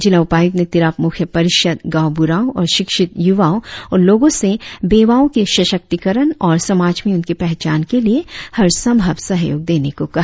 जिला उपायुक्त ने तिराप मुख्य परिषद गांव बुढ़ावो और शिक्षित युवाओ और लोगो से बेवाओ की सशक्तीकरण और समाज में उनकी पहचान के लिए हर संभव सहयोग देने को कहा